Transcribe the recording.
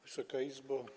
Wysoka Izbo!